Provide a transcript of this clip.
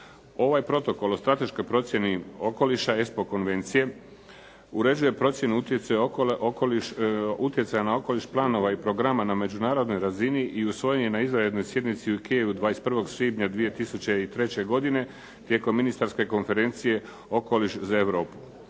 Ovoj Protokol o strateškoj procjeni okoliša ESPO konvencije, uređuje procjenu utjecaja na okoliš, planova i programa na međunarodnoj razini i usvojena je na izvanrednoj sjednici u Kijevu 21. svibnja 2003. godine, tijekom ministarske Konferencije "Okoliš za Europu".